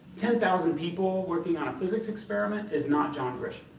ten thousand people working on a physics experiment is not john grisham.